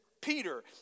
Peter